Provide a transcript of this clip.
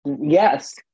Yes